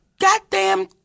goddamn